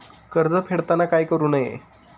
कर्ज फेडताना काय करु नये?